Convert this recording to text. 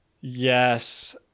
Yes